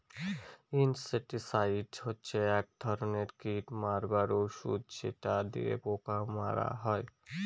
insecticide হচ্ছে এক ধরনের কীট মারার ঔষধ যেটা দিয়ে পোকা মারা হয়